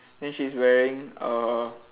then she's wearing uh